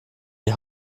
die